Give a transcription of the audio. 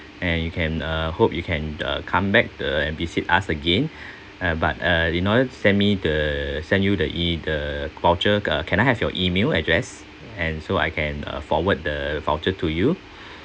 and you can uh hope you can uh come back uh and visit us again uh but uh you know send me the send you the e~ the voucher uh can I have your email address and so I can uh forward the voucher to you